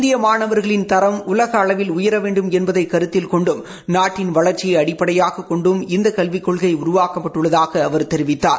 இந்திய மாணவா்களின் தரம் உலக அளவில் உயர வேண்டும் என்பதை கருத்தில் கொண்டும் நாட்டின் வளர்ச்சியை அடிப்படையாகக் கொண்டும் இந்த கல்விக் கொள்கை உருவாக்கப்பட்டுள்ளதாக அவர் தெரிவித்தார்